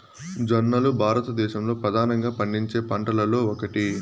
జొన్నలు భారతదేశంలో ప్రధానంగా పండించే పంటలలో ఒకటి